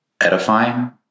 edifying